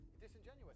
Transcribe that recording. disingenuous